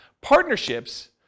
partnerships